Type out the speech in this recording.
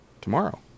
tomorrow